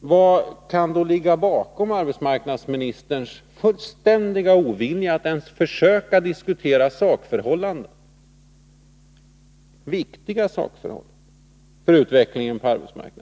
Vad kan då ligga bakom arbetsmarknadsministerns fullständiga ovilja att ens försöka diskutera viktiga sakförhållanden när det gäller utvecklingen på arbetsmarknaden?